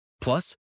Plus